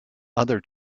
other